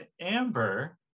Amber